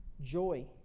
joy